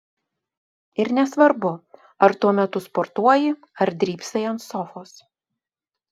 ir nesvarbu ar tuo metu sportuoji ar drybsai ant sofos